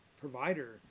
provider